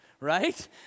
right